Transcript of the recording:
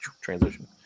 transition